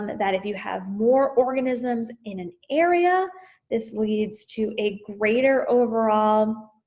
that if you have more organisms in an area this leads to a greater overall